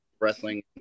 wrestling